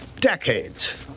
decades